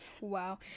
Wow